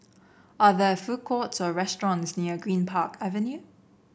are there food courts or restaurants near Greenpark Avenue